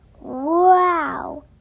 Wow